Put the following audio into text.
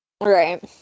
Right